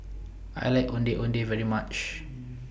I like Ondeh Ondeh very much